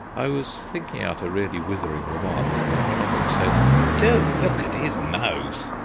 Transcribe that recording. i was thinking out a really withering remark, when one of them said do look at his nose.